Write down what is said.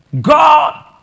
God